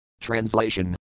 Translation